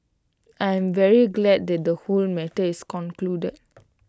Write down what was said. I am very glad that the whole matter is concluded